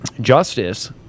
justice